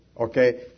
Okay